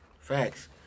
Facts